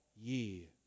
ye